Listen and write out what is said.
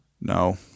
No